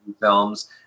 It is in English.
films